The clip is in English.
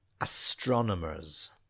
astronomers